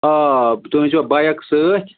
آ تُہۍ أنۍزیو بایَک سۭتۍ